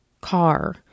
car